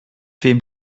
wem